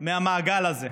מהמעגל הזה.